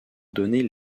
donner